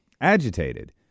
agitated